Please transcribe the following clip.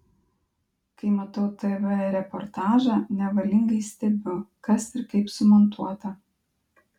kai matau tv reportažą nevalingai stebiu kas ir kaip sumontuota